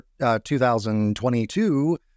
2022